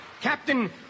Captain